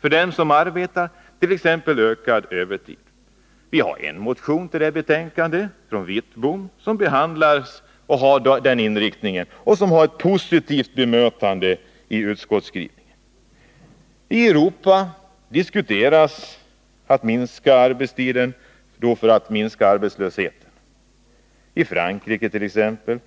för dem som arbetar, t.ex. ökad övertid. I betänkandet behandlas t.ex. en motion av Bengt Wittbom med den inriktningen, som bemöts positivt i utskottets skrivning. I Europa diskuterar man att minska arbetslösheten bl.a. genom en arbetstidsförkortning, exempelvis i Frankrike.